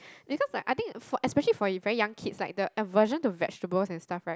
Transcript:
because like I think for especially for very young kids like the version of vegetables is stuff like